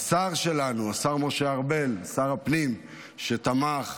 השר שלנו, השר משה ארבל, שר הפנים, שתמך,